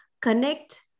connect